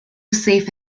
safe